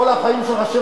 כל החיים שלך,